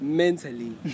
mentally